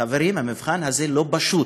חברים, המבחן הזה לא פשוט.